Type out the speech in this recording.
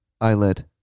eyelid